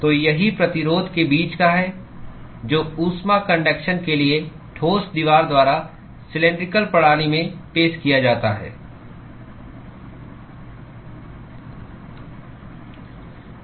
तो यही प्रतिरोध के बीच का है जो ऊष्मा कन्डक्शन के लिए ठोस दीवार द्वारा सिलैंडरिकल प्रणाली में पेश किया जाता है